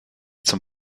zum